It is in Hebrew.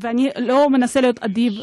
ואני לא מנסה להיות אדיב.